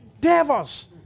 devils